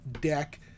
deck